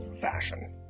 fashion